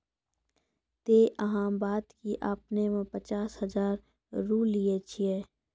ते अहाँ बता की आपने ने पचास हजार रु लिए छिए?